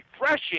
refreshing